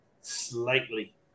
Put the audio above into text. Slightly